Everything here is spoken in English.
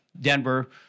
Denver